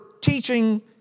teaching